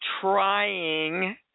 trying